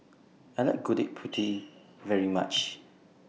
I like Gudeg Putih very much